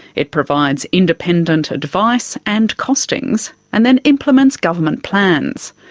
it provides independent advice and costings and then implements government plans.